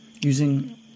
using